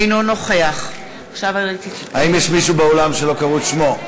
אינו נוכח האם יש מישהו באולם שלא קראו את שמו?